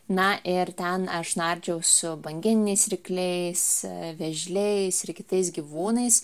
na ir ten aš nardžiau su bangininiais rykliais vėžliais ir kitais gyvūnais